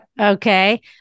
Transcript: Okay